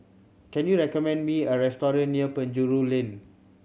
can you recommend me a restaurant near Penjuru Lane